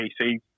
PC